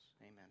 Amen